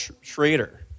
Schrader